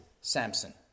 Samson